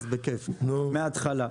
אז בכיף, מהתחלה.